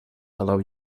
allow